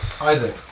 Isaac